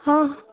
ହଁ